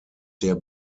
der